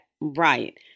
right